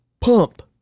pump